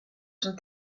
son